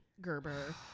Gerber